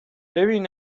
ببین